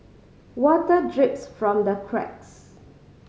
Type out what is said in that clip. water drips from the cracks